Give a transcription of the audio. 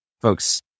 folks